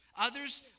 Others